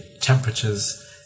temperatures